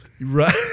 Right